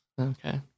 Okay